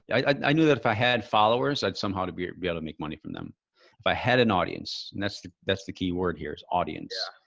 i knew that if i had followers, i'd somehow to be be able to make money from them. if i had an audience. and that's the that's the key word is audience.